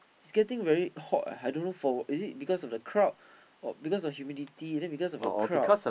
is getting very hot I don't for what is it because of the crowd of is it because of humidity then because of the crowd